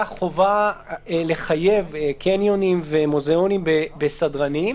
החובה לחייב קניונים ומוזיאונים בסדרנים,